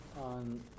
on